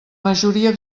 majoria